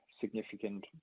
significant